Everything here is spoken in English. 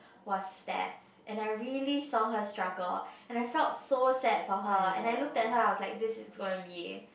was there and I really saw her struggle and I felt so sad for her and I look at her I was like this is gonna be